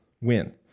win